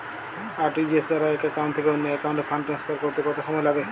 RTGS দ্বারা এক account থেকে অন্য একাউন্টে ফান্ড ট্রান্সফার করতে কত সময় লাগে?